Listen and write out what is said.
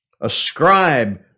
ascribe